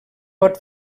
pot